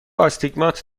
آستیگمات